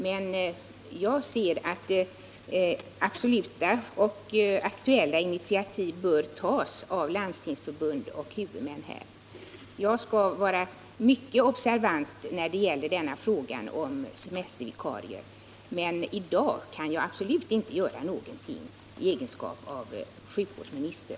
Men jag anser att absoluta och aktuella initiativ bör tas av Landstingsförbund och huvudmän. Jag skall vara mycket observant när det gäller frågan om semestervikarier, men i dag kan jag absolut inte göra någonting i egenskap av sjukvårdsminister.